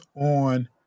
on